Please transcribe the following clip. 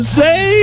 say